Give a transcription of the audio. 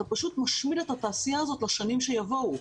אתה פשוט משמיד את התעשייה הזאת לשנים שיבואו.